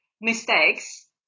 mistakes